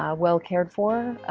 ah well cared for,